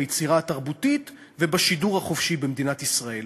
ביצירה התרבותית ובשידור החופשי במדינת ישראל.